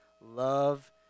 love